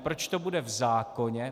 Proč to bude v zákoně?